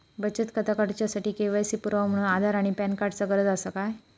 बचत खाता काडुच्या साठी के.वाय.सी पुरावो म्हणून आधार आणि पॅन कार्ड चा गरज आसा काय?